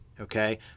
Okay